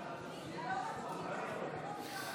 לא נתקבלה.